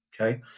okay